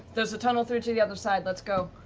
there's a tunnel through to the other side. let's go.